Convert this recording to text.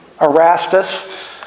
Erastus